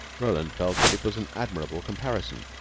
roland felt that it was an admirable comparison.